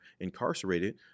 incarcerated